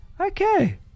Okay